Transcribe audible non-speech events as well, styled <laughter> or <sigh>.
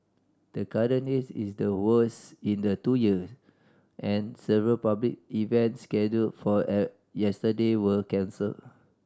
the current haze is the worst in the two year and several public events scheduled for <unintelligible> yesterday were cancelled